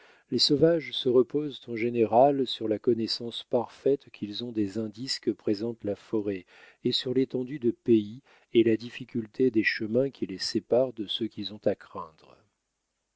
les sauvages se reposent en général sur la connaissance parfaite qu'ils ont des indices que présente la forêt et sur l'étendue de pays et la difficulté des chemins qui les séparent de ceux qu'ils ont à craindre